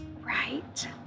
right